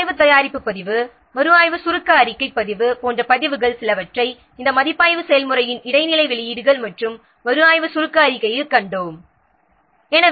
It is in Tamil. மறுஆய்வு தயாரிப்பு பதிவு மறுஆய்வு சுருக்க அறிக்கை பதிவு போன்ற பதிவுகள் சிலவற்றை இந்த மதிப்பாய்வு செயல்முறையின் இடைநிலை வெளியீடுகள் மற்றும் மறுஆய்வு சுருக்க அறிக்கையில் மறுஆய்வு செயல்முறையின் இறுதி வெளியீடு போன்றவற்றைக் கண்டோம்